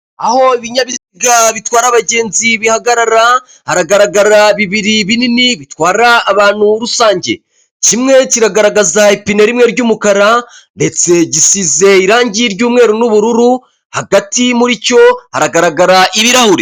Aho ibinyabiziga bitwara abagenzi bihagarara haragaragara bibiri binini bitwara abantu rusange, kimwe kiragaragaza ipine rimwe ry'umukara ndetse gisize irangi ry'umweru n'ubururu hagati muricyo haragaragara ibirahuri.